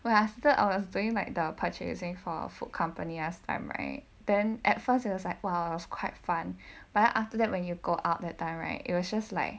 !wah! I was like doing like the purchasing for food company last time right then at first it was like !wow! I was quite fun but then after that when you go out that time right it was just like